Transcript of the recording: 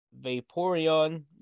Vaporeon